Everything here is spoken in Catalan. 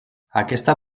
aquesta